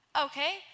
okay